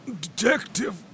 Detective